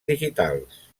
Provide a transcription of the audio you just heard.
digitals